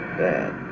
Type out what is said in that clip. bad